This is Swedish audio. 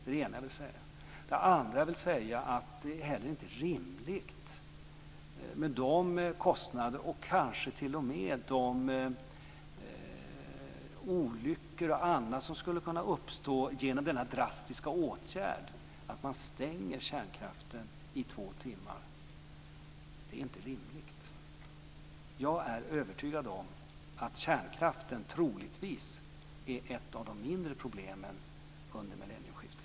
Det andra som jag vill säga är att det inte heller är rimligt med de kostnader och kanske t.o.m. de olyckor och annat som skulle kunna uppstå genom den drastiska åtgärden att stänga kärnkraftverken i två timmar. Kärnkraften är troligtvis ett av de mindre problemen under millennieskiftet. Tack!